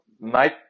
night